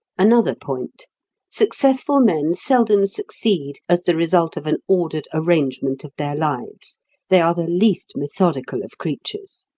another point successful men seldom succeed as the result of an ordered arrangement of their lives they are the least methodical of creatures.